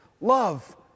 Love